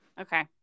Okay